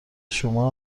شما